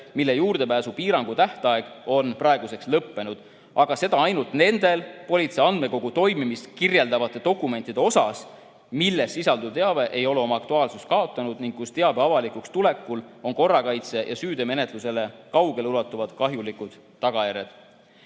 mille juurdepääsupiirangu tähtaeg on praeguseks lõppenud, aga ainult nende politsei andmekogu toimimist kirjeldavate dokumentide osas, milles sisalduv teave ei ole oma aktuaalsust kaotanud ning kus teabe avalikuks tulekul on korrakaitse ja süüteomenetlusele kaugeleulatuvad kahjulikud tagajärjed.